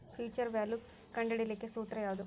Future value ಕಂಢಿಡಿಲಿಕ್ಕೆ ಸೂತ್ರ ಯಾವ್ದು?